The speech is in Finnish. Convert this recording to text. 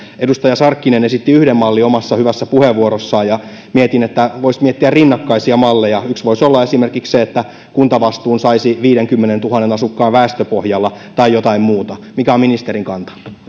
edustaja sarkkinen esitti yhden mallin omassa hyvässä puheenvuorossaan ja mietin että voisi miettiä rinnakkaisia malleja yksi voisi olla esimerkiksi se että kuntavastuun saisi viiteenkymmeneentuhanteen asukkaan väestöpohjalla tai jotain muuta mikä on ministerin kanta